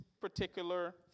particular